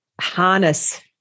harness